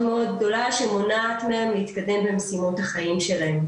מאוד גדולה שמונעת מהם להתקדם במשימות החיים שלהם.